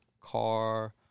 car